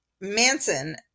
Manson